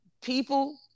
people